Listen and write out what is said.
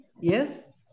Yes